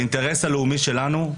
באינטרס הלאומי שלנו,